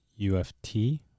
uft